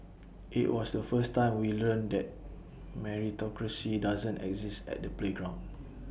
IT was the first time we learnt that meritocracy doesn't exist at the playground